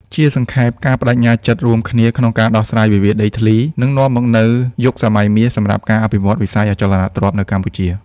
ជាសង្ខេប ការប្ដេជ្ញាចិត្តរួមគ្នាក្នុងការដោះស្រាយវិវាទដីធ្លី នឹងនាំមកនូវយុគសម័យមាសសម្រាប់ការអភិវឌ្ឍវិស័យអចលនទ្រព្យនៅកម្ពុជា។